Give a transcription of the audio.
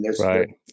Right